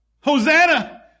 Hosanna